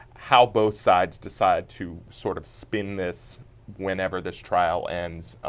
how both sides decide to sort of spin this whenever this trial ends,